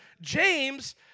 James